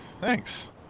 thanks